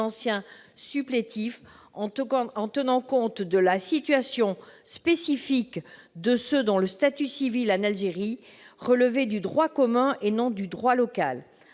anciens supplétifs en tenant compte de la situation spécifique de ceux dont le statut civil, en Algérie, relevait du droit commun et non du droit local